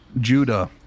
Judah